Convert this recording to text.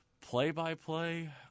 Play-by-play